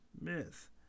myth